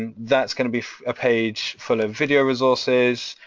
and that's gonna be a page full of video resources,